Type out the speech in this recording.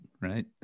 right